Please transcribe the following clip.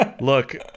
Look